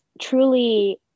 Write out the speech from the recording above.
truly